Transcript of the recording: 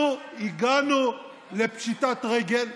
אנחנו הגענו לפשיטת רגל.